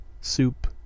Soup